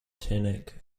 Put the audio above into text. teaneck